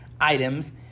items